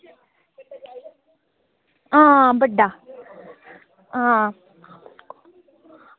आं बड्डा आं